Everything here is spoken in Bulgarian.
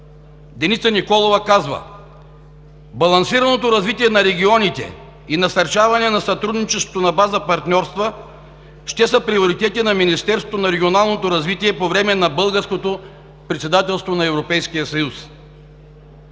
Деница Николова казва: „Балансираното развитие на регионите и насърчаване на сътрудничеството на база партньорства ще са приоритети на Министерството на регионалното развитие и благоустройството по време на българското председателство на Европейския съюз.